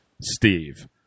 Steve